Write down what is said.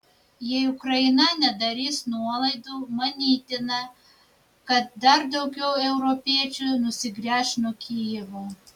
jei ukraina nedarys nuolaidų manytina kad dar daugiau europiečių nusigręš nuo kijevo